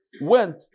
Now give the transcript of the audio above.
went